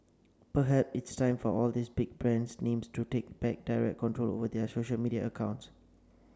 perhaps it's time for all these big brand names to take back direct control over their social media accounts